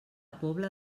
pobla